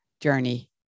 journey